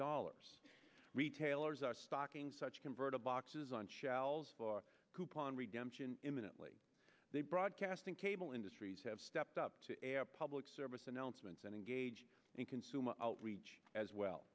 dollars retailers are stocking such converter boxes on shelves for coupon redemption imminently they broadcast and cable industries have stepped up to public service announcements and engage in consumer outreach as well